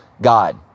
God